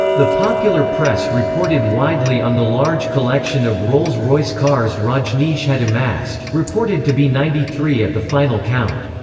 the popular press reported widely on the large collection of rolls royce cars rajneesh had amassed, reported to be ninety three at the final count.